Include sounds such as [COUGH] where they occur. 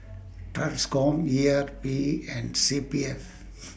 TRANSCOM E R P and C P F [NOISE]